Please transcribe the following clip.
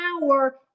power